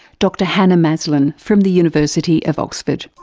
dr hannah maslen from the university of oxford.